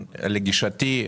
לגישתי,